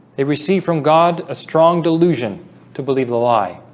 they received from god a strong delusion to believe the lie